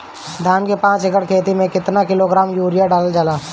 धान के पाँच एकड़ खेती में केतना किलोग्राम यूरिया डालल जाला?